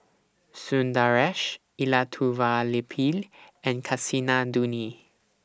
Sundaresh Elattuvalapil and Kasinadhuni